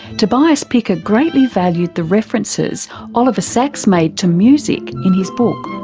tobias picker greatly valued the references oliver sacks made to music in his book.